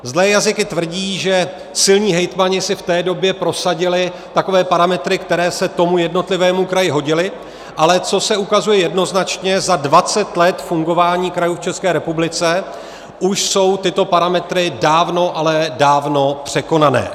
Zlé jazyky tvrdí, že silní hejtmani si v té době prosadili takové parametry, které se tomu jednotlivému kraji hodily, ale co se ukazuje jednoznačně, za dvacet let fungování krajů v České republice už jsou tyto parametry dávno, ale dávno překonané.